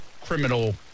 criminal